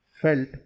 felt